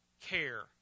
care